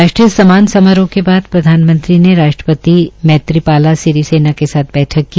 राष्ट्रीय समारोह के बाद प्रधानमंत्री ने राष्ट्रपति मंत्रिपाला सिरीसेना के साथ बठक की